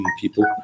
people